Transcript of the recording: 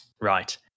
Right